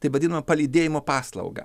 taip vadinamą palydėjimo paslaugą